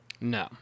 No